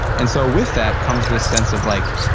and so with that comes this sense of like,